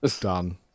Done